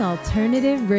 Alternative